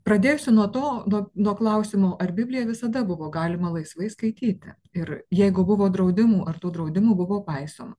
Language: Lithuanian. pradėsiu nuo to nuo nuo klausimo ar biblija visada buvo galima laisvai skaityti ir jeigu buvo draudimų ar tų draudimų buvo paisoma